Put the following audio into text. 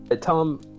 Tom